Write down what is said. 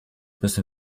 müssen